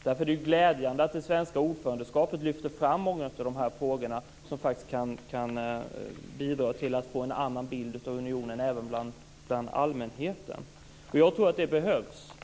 Därför är det glädjande att man under det svenska ordförandeskapet lyfter fram många av de här frågorna, som faktiskt kan bidra till att få en annan bild av unionen även bland allmänheten. Jag tror att det behövs.